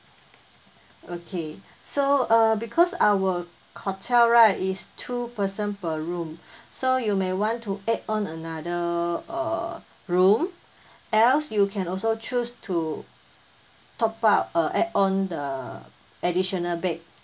okay so uh because our hotel right is two person per room so you may want to add on another uh room else you can also choose to top up uh add on the additional bed